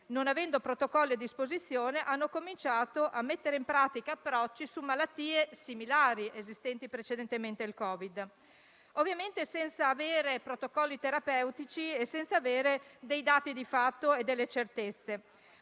non avendo protocolli a disposizione, hanno cominciato a mettere in pratica approcci su malattie similari esistenti prima del Covid, ovviamente senza avere protocolli terapeutici né dati di fatto e certezze.